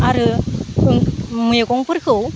आरो मैगंफोरखौ